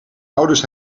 ouders